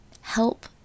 Help